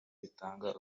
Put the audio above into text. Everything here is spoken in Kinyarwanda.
bitanga